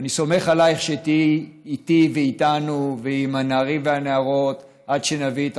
ואני סומך עלייך שתהיי איתי ואיתנו ועם הנערים והנערות עד שנביא את